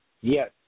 Yes